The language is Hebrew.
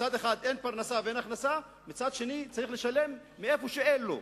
מצד אחד אין פרנסה ואין הכנסה ומצד שני הוא צריך לשלם מאיפה שאין לו.